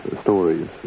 stories